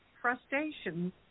frustration